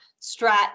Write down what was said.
strat